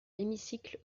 l’hémicycle